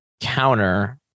counter